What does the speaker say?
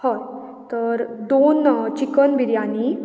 हय तर दोन चिकन बिरयांनी